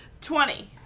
Twenty